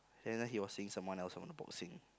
then after that he was seeing someone else from the boxing